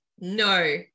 No